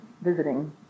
visiting